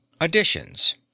Additions